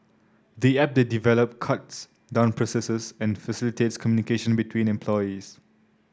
the app they developed cuts down processes and facilitates communication between employees